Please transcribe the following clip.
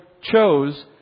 chose